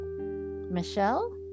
Michelle